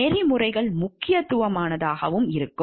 நெறிமுறைகள் முக்கியமானதாகவும் இருக்கும்